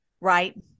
right